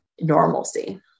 normalcy